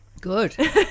good